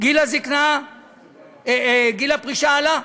גיל הפרישה עלה,